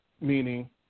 Meaning